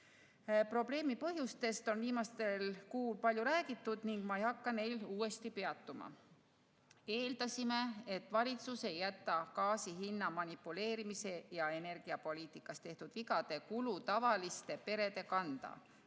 Probleemi põhjustest on viimastel kuudel palju räägitud ning ma ei hakka neil uuesti peatuma. Eeldasime, et valitsus ei jäta gaasi hinna manipuleerimise ja energiapoliitikas tehtud vigade kulu tavaliste perede kanda,